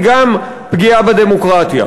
היא גם פגיעה בדמוקרטיה.